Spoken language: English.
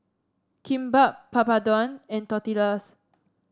Kimbap Papadum and Tortillas